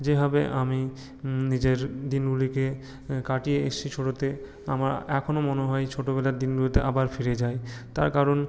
যেভাবে আমি নিজের দিনগুলিকে কাটিয়ে এসেছি ছোটোতে আমার এখনও মনে হয় ছোটোবেলার দিনগুলোতে আবার ফিরে যাই তার কারণ